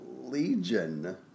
Legion